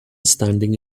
standing